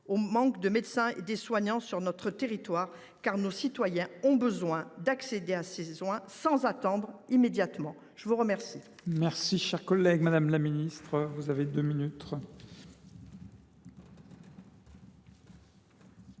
au manque de médecins et de soignants sur notre territoire, car nos citoyens ont besoin d’accéder à ces soins sans attendre. La parole est à Mme